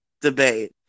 debate